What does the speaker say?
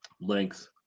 length